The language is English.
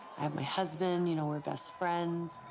i have my husband, you know, we're best friends.